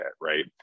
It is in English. Right